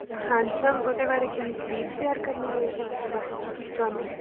ਹਾਂਜੀ ਮੈਮ ਉਹਦੇ ਬਾਰੇ ਕੀ ਸਪੀਚ ਤਿਆਰ ਕਰਨੀ ਜਾਂ ਕਿੱਦਾਂ ਤੁਸੀਂ ਕੀ ਚਾਹੁੰਦੇ